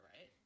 right